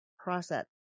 process